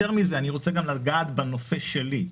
יתרה מזאת, אני גם רוצה להתייחס לנושא שלי.